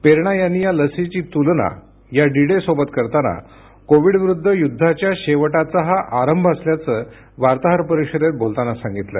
पेरणा यांनी या लसीकरणाची तुलना या डी डे सोबत करताना कोविडविरुद्ध युद्धाच्या शेवटाचा हा आरंभ असल्याचं वार्ताहर परिषदेत बोलतांना सांगितलं